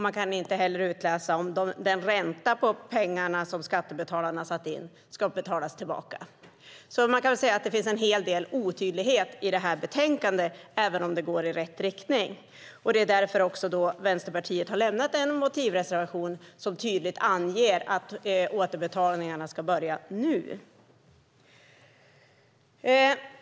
Man kan inte heller utläsa om räntan på de pengar som skattebetalarna har satt in ska betalas tillbaka. Man kan säga att det finns en hel del otydligheter i betänkandet, även om det går i rätt riktning. Därför har Vänsterpartiet lämnat en motivreservation som tydligt anger att återbetalningarna ska börja nu.